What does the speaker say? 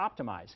Optimize